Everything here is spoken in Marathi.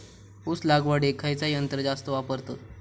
ऊस लावडीक खयचा यंत्र जास्त वापरतत?